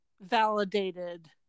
validated-